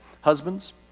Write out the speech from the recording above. Husbands